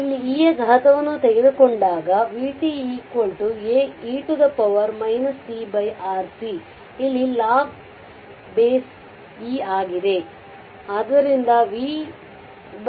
ಇಲ್ಲಿ e ಯ ಘಾತವನ್ನು ತೆಗೆದುಕೊಂಡಾಗ vt A e tRC ಇಲ್ಲಿ ಲಾಗ್ ಬೇಸ್ e ಆಗಿದೆ